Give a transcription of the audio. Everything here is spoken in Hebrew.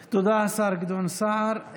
תודה, השר גדעון סער.